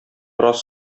рас